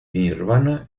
nirvana